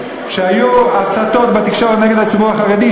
כשהיו הסתות בתקשורת נגד הציבור החרדי,